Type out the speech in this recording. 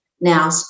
Now